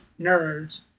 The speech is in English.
nerds